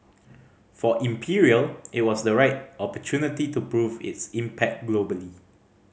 for Imperial it was the right opportunity to prove its impact globally